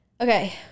Okay